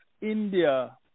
India